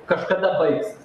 kažkada baigsis